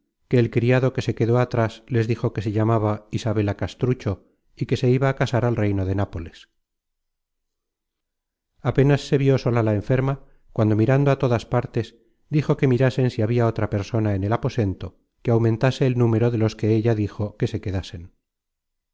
que el criado que se quedó atras les dijo que se llamaba isabela castrucho y que se iba á casar al reino de nápoles content from google book search generated at apenas se vió sola la enferma cuando mirando a todas partes dijo que mirasen si habia otra persona en el aposento que aumentase el número de los que ella dijo que se quedasen